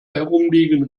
herumliegen